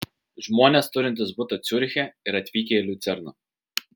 žmonės turintys butą ciuriche ir atvykę į liucerną